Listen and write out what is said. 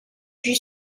she